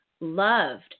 loved